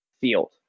field